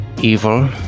evil